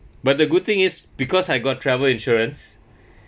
but the good thing is because I got travel insurance